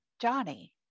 Johnny